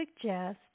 suggest